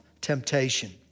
temptation